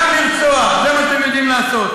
רק לרצוח, זה מה שאתם יודעים לעשות.